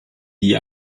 die